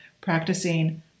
practicing